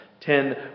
Ten